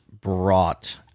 brought